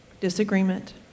disagreement